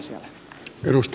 arvoisa puhemies